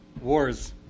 wars